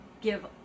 give